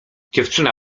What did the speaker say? dziewczyna